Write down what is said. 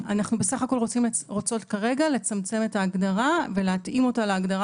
בסך הכול רוצות כרגע לצמצם את ההגדרה ולהתאים אותה להגדרה